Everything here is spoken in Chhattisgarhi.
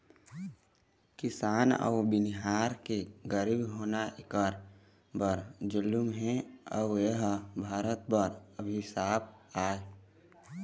किसान अउ बनिहार के गरीब होना एखर बर जुलुम हे अउ एह भारत बर अभिसाप आय